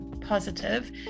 positive